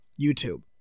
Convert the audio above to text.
YouTube